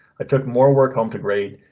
i took more work home to grade.